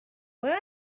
wear